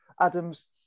Adam's